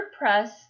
WordPress